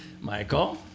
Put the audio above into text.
Michael